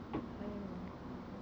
!aiyo!